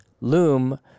loom